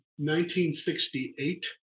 1968